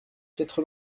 quatre